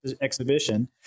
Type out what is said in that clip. exhibition